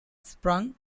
sprung